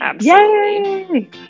yay